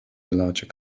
larger